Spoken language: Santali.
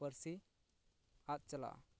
ᱯᱟᱹᱨᱥᱤ ᱟᱫ ᱪᱟᱞᱟᱜᱼᱟ